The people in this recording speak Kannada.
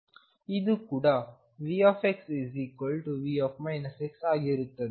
ಇದು ಕೂಡVxV ಆಗಿರುತ್ತದೆ